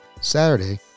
Saturday